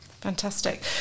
Fantastic